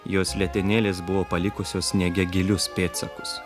jos letenėlės buvo palikusios sniege gilius pėdsakus